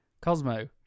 Cosmo